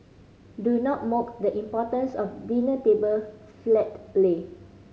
do not mock the importance of a dinner table flat lay